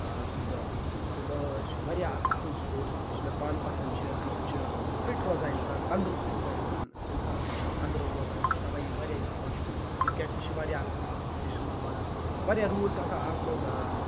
foot بال football چھُ واریاہ اکھ اَصٕل سپوٹٕس یہِ چھُ مےٚ پانہٕ پَسَنٛد چھُ امہِ سۭتۍ چھُ فِٹ روزان اِنسان تَنٛدرُست روزان اِنسان اِنسانَس مَنٛز چھُ انٛدرٕ روزان مےٚ چھُ تَوے یہِ واریاہ یہِ خۄش کرِکٹ تہِ چھُ واریاہ اَصٕل یہِ چھُس بہٕ وَنان واریاہ روٗل چھِ آسان اَتھ مَنٛز